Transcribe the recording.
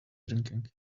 drinking